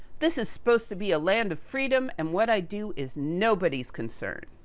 this is supposed to be a land of freedom, and what i do, is nobody's concerned.